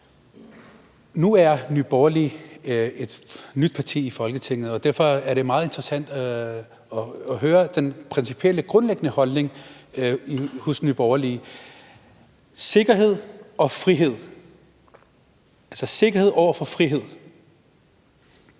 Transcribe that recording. Nu er Nye Borgerlige et nyt parti i Folketinget, og derfor er det meget interessant at høre den principielle, grundlæggende holdning hos Nye Borgerlige til sikkerhed og frihed, altså sikkerhed over for frihed.